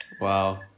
Wow